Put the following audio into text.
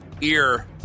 ear